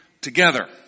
together